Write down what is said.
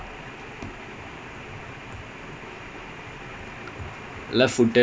ya they only say like anything that is uh quite small and err very skillful is messi [what]